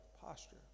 posture